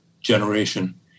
generation